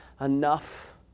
enough